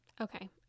Okay